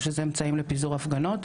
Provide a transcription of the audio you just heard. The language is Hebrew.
שזה אמצעים לפיזור הפגנות.